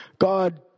God